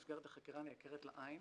במסגרת החקירה נעקרת לה עין.